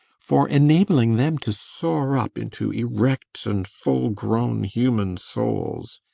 for enabling them to soar up into erect and full-grown human souls.